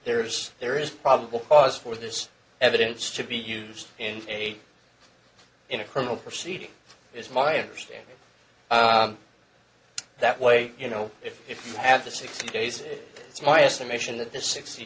there's there is probable cause for this evidence to be used in a in a criminal proceeding it's my understanding that way you know if you have the sixty days it is my estimation that the sixty